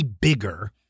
bigger